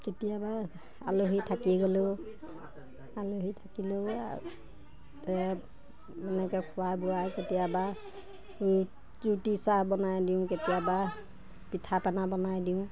কেতিয়াবা আলহী থাকি গ'লেও আলহী থাকিলেও এনেকৈ খোৱা বোৱাই কেতিয়াবা ৰুটি চাহ বনাই দিওঁ কেতিয়াবা পিঠা পনা বনাই দিওঁ